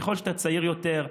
ככל שאתה צעיר יותר,